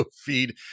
feed